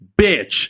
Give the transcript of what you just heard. bitch